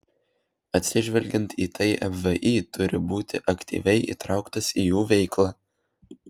atsižvelgiant į tai mvį turi būti aktyviai įtrauktos į jų veiklą